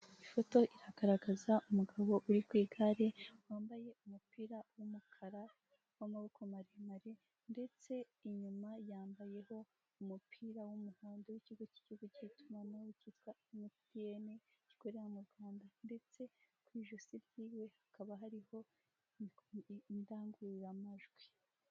Ifoto iragaragaza umugabo uri ku igare wambaye umupira w'umukara w'amaboko maremare ndetse inyuma yambayeho umupira w'umuhondo w'ikigo cy'igihugu cy'itumanaho cyitwa MTN gikorera mu Rwanda ndetse ku ijosi ryiwe hakaba hariho indangururamajwi.